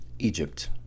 Egypt